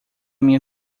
minha